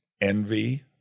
envy